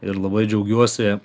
ir labai džiaugiuosi